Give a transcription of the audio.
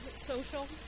social